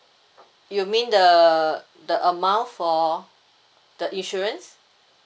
you mean the the amount for the insurance